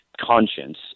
conscience